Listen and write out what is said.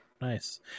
Nice